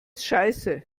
scheiße